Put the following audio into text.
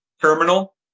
terminal